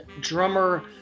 drummer